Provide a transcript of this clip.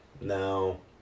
No